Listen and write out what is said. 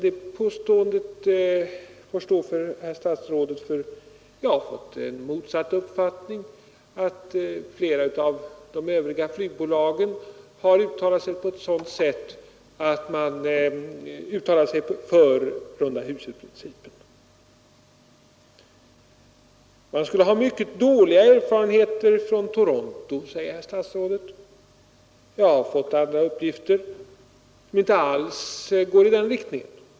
Det påståendet får stå för statsrådet, för jag har fått en motsatt uppfattning, nämligen att flera av de övriga flygbolagen har uttalat sig för rundahusprincipen. Man skulle ha mycket dåliga erfarenheter från Toronto, säger herr statsrådet. Jag har fått andra uppgifter, som inte alls går i den riktningen.